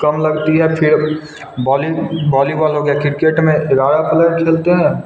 कम लगती है फिर बॉली बॉलीबॉल हो गया क्रिकेट में ग्यारह प्लेयर खेलते हैं